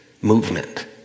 movement